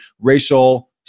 racial